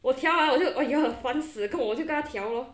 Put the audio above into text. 我调 ah 我就 !aiya! 烦死跟我我就跟他调 lor